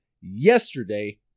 yesterday